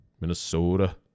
Minnesota